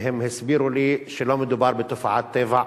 והם הסבירו לי שלא מדובר בתופעת טבע,